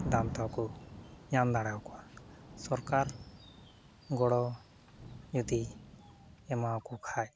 ᱫᱟᱢ ᱛᱮᱦᱚᱸ ᱠᱚ ᱧᱟᱢ ᱫᱟᱲᱮᱭᱟᱠᱚᱣᱟ ᱥᱚᱨᱠᱟᱨ ᱜᱚᱲᱚ ᱡᱚᱫᱤᱭ ᱮᱢᱟᱠᱚ ᱠᱷᱟᱡ